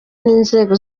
n’inzego